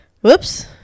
Whoops